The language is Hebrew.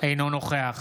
אינו נוכח